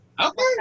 Okay